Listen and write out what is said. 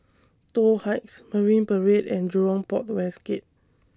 Toh Heights Marine Parade and Jurong Port West Gate